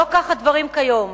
לא כך הדברים כיום.